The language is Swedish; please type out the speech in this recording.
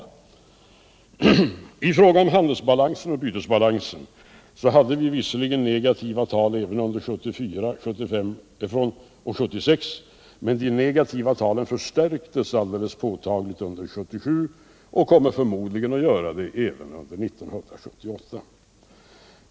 I fråga om handelsbalansen och bytesbalansen hade vi visserligen negativa tal under 1974, 1975 och 1976, men de negativa talen förstärktes alldeles påtagligt under 1977 och kommer förmodligen att göra det även under 1978.